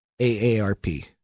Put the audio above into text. AARP